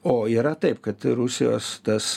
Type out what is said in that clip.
o yra taip kad rusijos tas